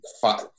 five